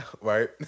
Right